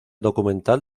documental